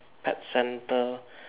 pet center